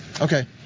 Okay